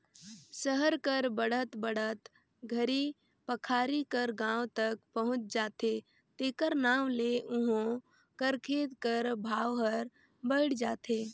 सहर हर बढ़त बढ़त घरी पखारी कर गाँव तक पहुंच जाथे तेकर नांव ले उहों कर खेत कर भाव हर बइढ़ जाथे